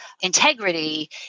integrity